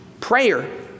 prayer